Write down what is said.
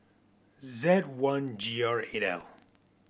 Z one G R eight L